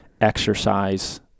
exercise